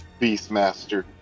Beastmaster